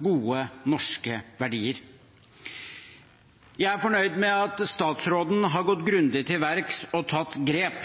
gode norske verdier. Jeg er fornøyd med at statsråden har gått grundig til verks og tatt grep.